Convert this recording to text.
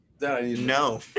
No